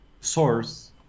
source